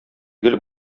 гел